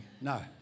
No